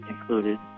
included